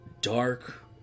dark